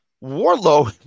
Warlow